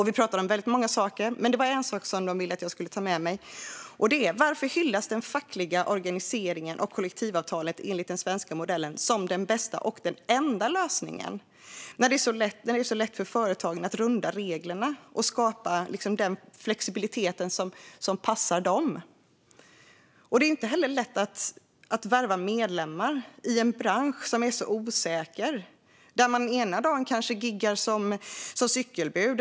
Vi pratade om många saker, men det var en sak som de ville att jag skulle ta med mig: Varför hyllas facklig organisering och kollektivavtal enligt den svenska modellen som den bästa och enda lösningen när det är så lätt för företagen att runda reglerna och skapa den flexibilitet som passar dem? Det är inte lätt att värva medlemmar i en bransch som är så osäker. Ena dagen gigar man kanske som cykelbud.